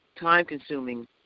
time-consuming